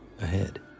ahead